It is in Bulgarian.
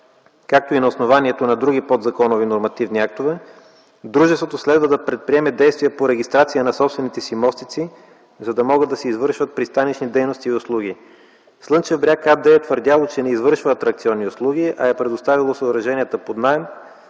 както и на основанието на други подзаконови нормативни актове, дружеството следва да предприеме действия по регистрация на собствените си мостици, за да могат да се извършват пристанищни дейности и услуги. „Слънчев бряг” АД е твърдяло, че не извършва атракционни услуги, а е предоставило съоръженията под наем,